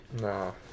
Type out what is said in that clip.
no